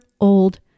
Old